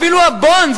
אפילו ה"בונדס",